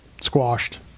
squashed